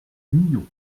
millau